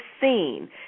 scene